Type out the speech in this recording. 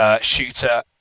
shooter